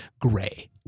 gray